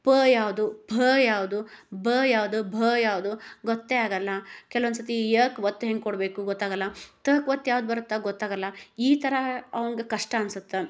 ಪ ಯಾವುದು ಫ ಯಾವುದು ಬ ಯಾವುದು ಭ ಯಾವುದು ಗೊತ್ತೇ ಆಗಲ್ಲ ಕೆಲವೊಂದು ಸರ್ತಿ ಯ ಕ್ ಒತ್ತು ಹೆಂಗೆ ಕೊಡಬೇಕು ಗೊತ್ತಾಗಲ್ಲ ತ ಕ್ ಒತ್ತು ಯಾವ್ದು ಬರುತ್ತೆ ಗೊತ್ತಾಗಲ್ಲ ಈ ಥರ ಅವ್ನ್ಗೆ ಕಷ್ಟ ಅನ್ಸುತ್ತೆ